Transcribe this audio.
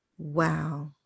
wow